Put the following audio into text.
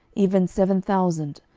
even seven thousand,